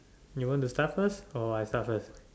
you want to start first or I start first